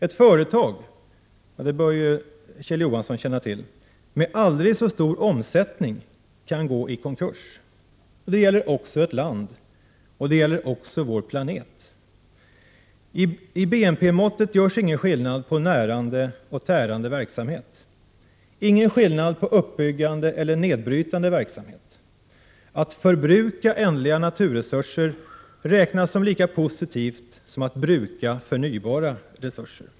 Ett företag — och det bör ju Kjell Johansson känna till — med aldrig så stor omsättning kan gå i konkurs. Det gäller också ett land. Och det gäller också vår planet. I BNP-måttet görs ingen skillnad på närande och tärande verksamhet, ingen skillnad på uppbyggande eller nedbrytande verksamhet. Att förbruka ändliga naturresurser räknas som lika positivt som att bruka förnybara resurser.